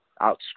out